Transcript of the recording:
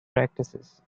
practices